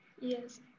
Yes